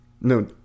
No